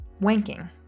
wanking